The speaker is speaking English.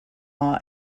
law